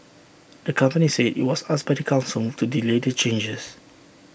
the company said IT was asked by the Council to delay the changes